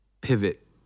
pivot